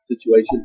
situation